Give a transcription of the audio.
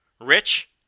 Rich